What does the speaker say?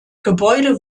gebäude